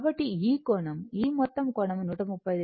కాబట్టి ఈ కోణం ఈ మొత్తం కోణం 135o